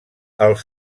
els